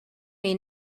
may